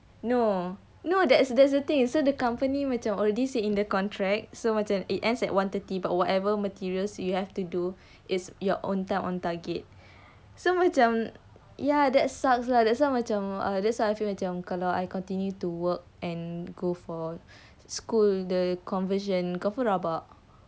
no no that's that's the thing so the company macam we already say in the contract so macam it ends at one thirty but whatever materials you have to do is your own time own target so macam ya that sucks lah that's macam that's why I feel like macam kalau I continue to work and go for school the conversion confirm rabak